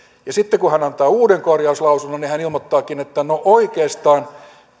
ja sitten kun hän antaa uuden korjauslausunnon niin hän ilmoittaakin että no oikeastaan